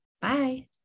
Bye